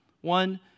One